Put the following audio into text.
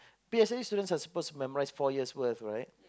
P_S_L_E students are supposed to memorise four years worth right